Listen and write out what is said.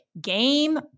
game